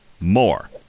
more